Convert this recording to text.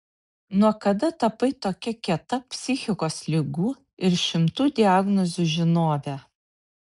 nuo kada tapai tokia kieta psichikos ligų ir šimtų diagnozių žinove